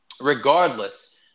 Regardless